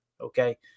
okay